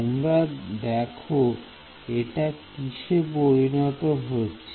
তোমরা দেখো এটা কিসে পরিণত হচ্ছে